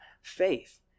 faith